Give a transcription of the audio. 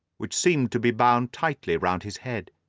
which seemed to be bound tightly round his head.